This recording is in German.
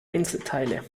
einzelteile